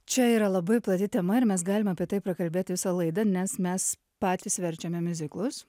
čia yra labai plati tema ir mes galime apie tai prakalbėti visą laidą nes mes patys verčiame miuziklus